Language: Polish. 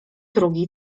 drugi